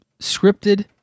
scripted